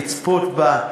לצפות בה.